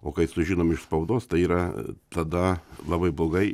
o kai sužinom iš spaudostai yra tada labai blogai